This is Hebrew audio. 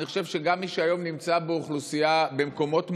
אני חושב שגם מי שהיום נמצא באוכלוסייה במקומות מוגנים,